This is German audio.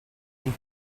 und